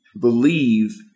believe